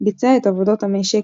ביצע את עבודות המשק,